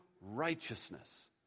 righteousness